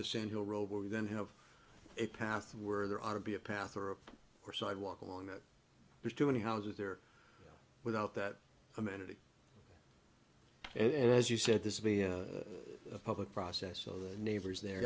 to sand hill road where we then have a path where there ought to be a path or of course sidewalk along that there's too many houses there without that amenity and as you said this being a public process so the neighbors there